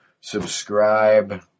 subscribe